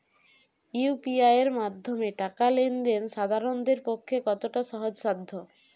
UPI এর মাধ্যমে টাকা লেন দেন সাধারনদের পক্ষে কতটা সহজসাধ্য?